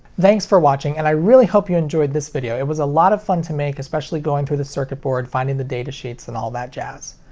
thanks for watching, and i really hope you enjoyed this video, it was a lot of fun to make, especially going through the circuit board, finding the datasheets, and all that jazz.